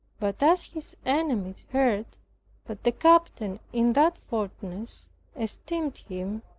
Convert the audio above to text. but as his enemies heard that the captain in that fortress esteemed him,